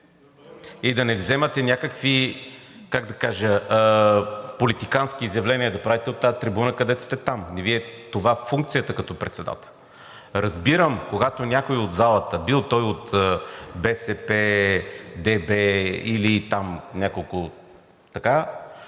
И да не вземате някакви, как да кажа, политикански изявления да правите от тази трибуна, където сте там. Не Ви е това функцията като председател. Разбирам, когато някой от залата, бил той от БСП, ДБ или там няколко...